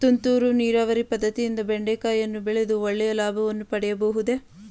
ತುಂತುರು ನೀರಾವರಿ ಪದ್ದತಿಯಿಂದ ಬೆಂಡೆಕಾಯಿಯನ್ನು ಬೆಳೆದು ಒಳ್ಳೆಯ ಲಾಭವನ್ನು ಪಡೆಯಬಹುದೇ?